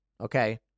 Okay